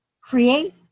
create